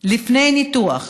לפני הניתוח.